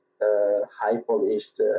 high-polished